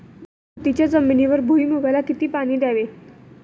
मातीच्या जमिनीवर भुईमूगाला किती पाणी द्यावे?